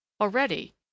already